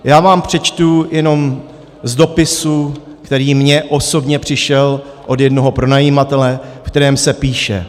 Já vám přečtu jenom z dopisu, který mně osobně přišel od jednoho pronajímatele, ve kterém se píše: